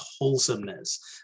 wholesomeness